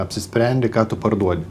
apsisprendi ką tu parduodi